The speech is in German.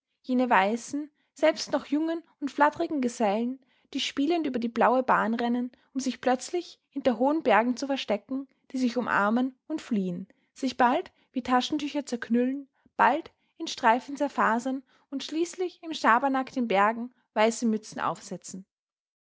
jene weißen selbst noch jungen und flattrigen gesellen die spielend über die blaue bahn rennen um sich plötzlich hinter hohen bergen zu verstecken die sich umarmen und fliehen sich bald wie taschentücher zerknüllen bald in streifen zerfasern und schließlich im schabernack den bergen weiße mützen aufsetzen